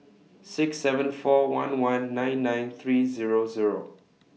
six seven four one one nine nine three Zero Zero